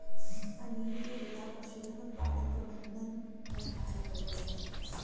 अनील के पिता पशुधन उत्पादन प्रबंधन में कार्य करते है